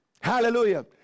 Hallelujah